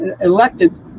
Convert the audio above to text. elected